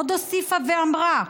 עוד הוסיפה ואמרה: